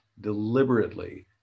deliberately